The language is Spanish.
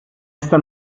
esta